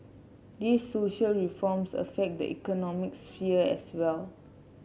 these social reforms affect the economic sphere as well